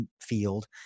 field